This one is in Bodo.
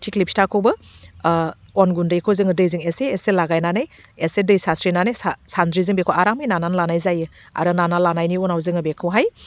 थिंख्लि फिथाखौबो अन गुन्दैखौ जोङो दैजों एसे एसे लागायनानै एसे दै सारस्रिनानै साह सान्द्रिजों बेखौ आरामै नानानै लानाय जायो आरो नाना लानायनि उनाव जोङो बेखौहाय